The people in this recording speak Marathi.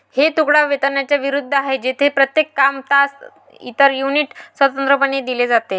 हे तुकडा वेतनाच्या विरुद्ध आहे, जेथे प्रत्येक काम, तास, इतर युनिट स्वतंत्रपणे दिले जाते